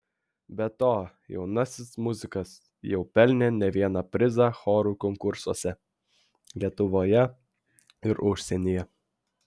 be to jaunasis muzikas jau pelnė ne vieną prizą chorų konkursuose lietuvoje ir užsienyje